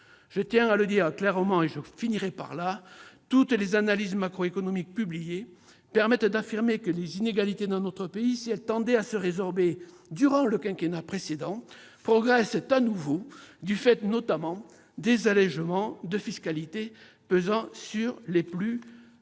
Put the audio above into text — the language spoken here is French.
Je tiens à le dire clairement : toutes les analyses macroéconomiques publiées permettent d'affirmer que les inégalités dans notre pays, si elles tendaient à se résorber durant le quinquennat précédent, progressent de nouveau, du fait notamment des allégements de la fiscalité pesant sur les plus fortunés.